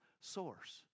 source